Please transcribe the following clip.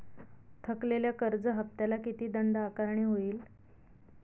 थकलेल्या कर्ज हफ्त्याला किती दंड आकारणी होईल?